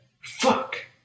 Fuck